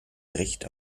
recht